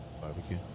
barbecue